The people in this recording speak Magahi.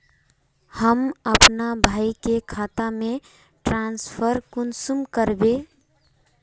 हम अपना भाई के खाता में ट्रांसफर कुंसम कारबे?